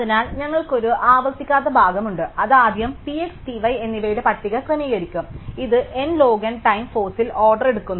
അതിനാൽ ഞങ്ങൾക്ക് ഒരു ആവർത്തിക്കാത്ത ഭാഗം ഉണ്ട് അത് ആദ്യം P x P y എന്നിവയുടെ പട്ടിക ക്രമീകരിക്കുക ഇത് n ലോഗ് n ടൈം ഫോഴ്സിൽ ഓർഡർ എടുക്കുന്നു